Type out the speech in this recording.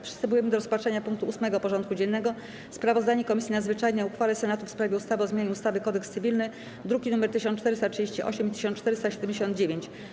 Przystępujemy do rozpatrzenia punktu 8. porządku dziennego: Sprawozdanie Komisji Nadzwyczajnej o uchwale Senatu w sprawie ustawy o zmianie ustawy - Kodeks cywilny (druki nr 1438 i 1479)